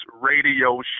radio